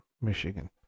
Michigan